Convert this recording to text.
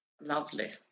lovely